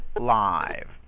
Live